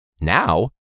Now